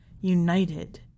united